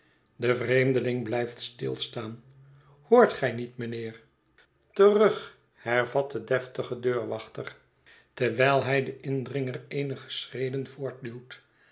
de vreemdeling blijft stilstaan hoort gij niet mijnheer terug hervat de deftige deurwachter terw'yl hij den indringer eenige schreden voortduwt